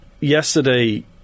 yesterday